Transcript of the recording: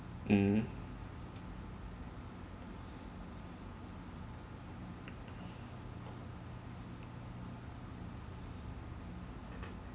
mm